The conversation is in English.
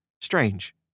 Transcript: Strange